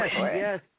Yes